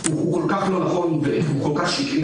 היא כל כך לא נכונה וכל כך שקרית.